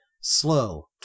Slow